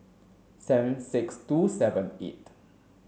seven six two seven eight